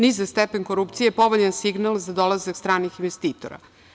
Nizak stepen korupcije je povoljan signal za dolazak stranog investitora.